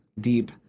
deep